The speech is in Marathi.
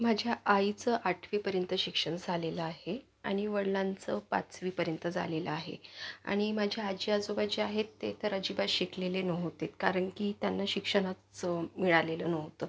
माझ्या आईचं आठवीपर्यंत शिक्षण झालेलं आहे आणि वडिलांचं पाचवीपर्यंत झालेलं आहे आणि माझे आजी आजोबा जे आहेत ते तर अजिबात शिकलेले नव्हते कारण की त्यांना शिक्षणच मिळालेलं नव्हतं